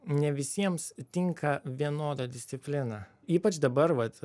ne visiems tinka vienoda disciplina ypač dabar vat